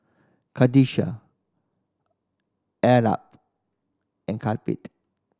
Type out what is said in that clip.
and